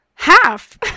Half